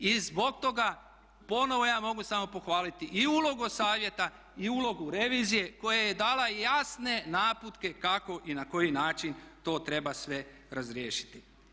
I zbog toga, ponovno ja mogu samo pohvaliti i ulogu Savjeta i ulogu revizije koja je dala jasne naputke kako i na koji način to treba sve razriješiti.